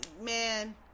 man